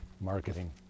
marketing